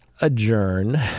adjourn